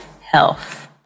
health